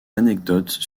anecdotes